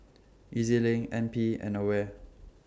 E Z LINK NP and AWARE